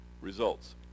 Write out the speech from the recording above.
results